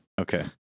Okay